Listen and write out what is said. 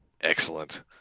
Excellent